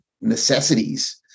necessities